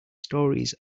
stories